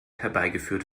herbeigeführt